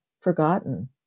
forgotten